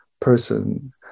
person